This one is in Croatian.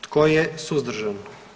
Tko je suzdržan?